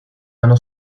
ganó